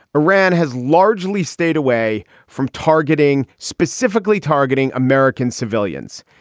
iran has largely stayed away from targeting, specifically targeting american civilians.